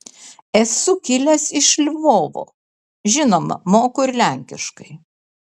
esu kilęs iš lvovo žinoma moku ir lenkiškai